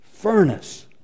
furnace